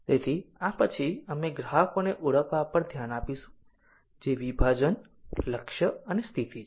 તેથી આ પછી અમે ગ્રાહકોને ઓળખવા પર ધ્યાન આપીશું જે વિભાજન લક્ષ્ય અને સ્થિતિ છે